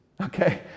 Okay